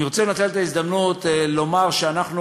אני רוצה לנצל את ההזדמנות לומר שאנחנו